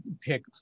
pick